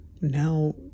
now